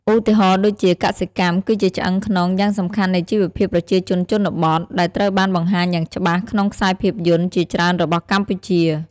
ឧទាហរណ៍ដូចជា កសិកម្ម គឺជាឆ្អឹងខ្នងយ៉ាងសំខាន់នៃជីវភាពប្រជាជនជនបទ ដែលត្រូវបានបង្ហាញយ៉ាងច្បាស់ក្នុងខ្សែភាពយន្តជាច្រើនរបស់កម្ពុជា។